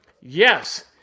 Yes